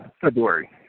February